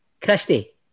Christie